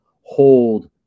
hold